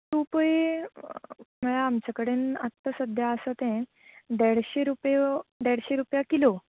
तुपय म्हळ्यार आमचे कडेन आतां सद्याक आसा तें देडशें रुपया देडशें रुपया किलो